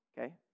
okay